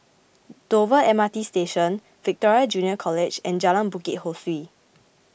Dover M R T Station Victoria Junior College and Jalan Bukit Ho Swee